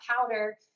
powder